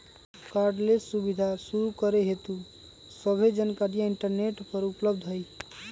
cardless सुबीधा शुरू करे हेतु सभ्भे जानकारीया इंटरनेट पर उपलब्ध हई